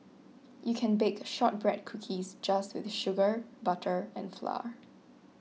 you can bake Shortbread Cookies just with sugar butter and flour